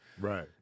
Right